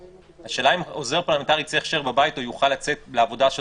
השאלה אם עוזר פרלמנטרי צריך להישאר בבית או יוכל לצאת לעבודה השוטפת.